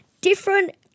different